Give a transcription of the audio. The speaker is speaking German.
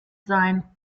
sein